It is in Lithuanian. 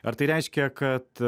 ar tai reiškia kad